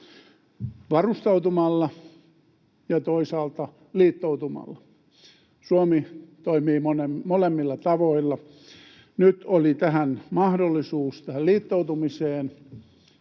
varustautumalla ja toisaalta liittoutumalla. Suomi toimii molemmilla tavoilla. Nyt oli mahdollisuus tähän liittoutumiseen.